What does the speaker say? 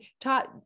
taught